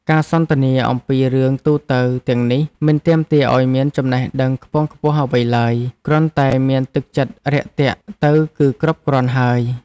ការសន្ទនាអំពីរឿងទូទៅទាំងនេះមិនទាមទារឱ្យមានចំណេះដឹងខ្ពង់ខ្ពស់អ្វីឡើយ គ្រាន់តែមានទឹកចិត្តរាក់ទាក់ទៅគឺគ្រប់គ្រាន់ហើយ។